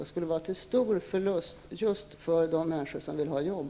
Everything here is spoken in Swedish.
Det skulle innebära en stor förlust just för de människor som vill ha jobb.